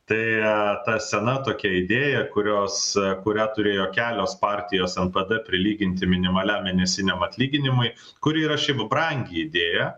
tai ta sena tokia idėja kurios kurią turėjo kelios partijos npd prilyginti minimaliam mėnesiniam atlyginimui kuri yra šiaip brangi idėja